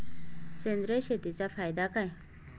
सेंद्रिय शेतीचा फायदा काय?